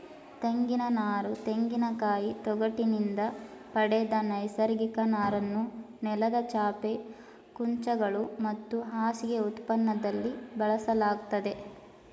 ತೆಂಗಿನನಾರು ತೆಂಗಿನಕಾಯಿ ತೊಗಟಿನಿಂದ ಪಡೆದ ನೈಸರ್ಗಿಕ ನಾರನ್ನು ನೆಲದ ಚಾಪೆ ಕುಂಚಗಳು ಮತ್ತು ಹಾಸಿಗೆ ಉತ್ಪನ್ನದಲ್ಲಿ ಬಳಸಲಾಗ್ತದೆ